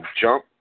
jump